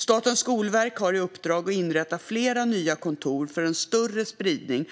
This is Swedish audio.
Statens skolverk har i uppdrag att inrätta flera nya kontor för en större spridning